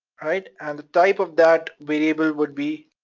right? and type of that variable would be